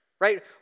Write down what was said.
right